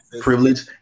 Privilege